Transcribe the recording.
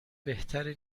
بهتر